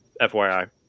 FYI